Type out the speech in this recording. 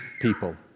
people